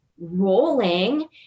rolling